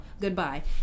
Goodbye